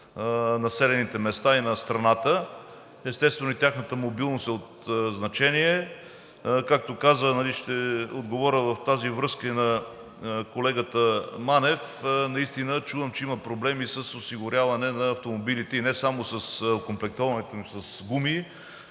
населените места и на страната. Естествено, тяхната мобилност е от значение. В тази връзка ще отговоря на колегата Манев. Наистина чувам, че има проблеми с осигуряване на автомобилите, и не само с окомплектоването им с гуми,